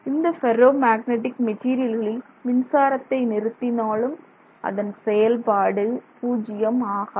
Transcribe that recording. இந்தப் ferro magnetic மெட்டீரியல்களில் மின்சாரத்தை நிறுத்தினாலும் அதன் செயல்பாடு பூஜ்ஜியம் ஆகாது